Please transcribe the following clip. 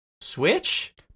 switch